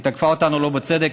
היא תקפה אותנו שלא בצדק,